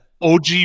OG